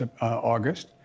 August